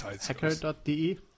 hacker.de